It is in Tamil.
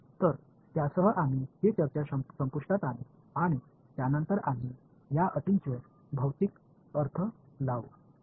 எனவே அதனுடன் இந்த விவாதத்தை ஒரு முடிவுக்கு கொண்டு வருவோம் பின்னர் இந்த வெளிப்பாடுகளின் பிஸிக்கல்விளக்கத்தைப் பார்ப்போம்